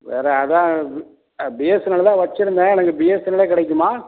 வேறு அதுதான் பிஎஸ்என்எல்லு தான் வைச்சுருந்தேன் எனக்கு பிஎஸ்என்எல்லே கிடைக்குமா